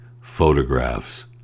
photographs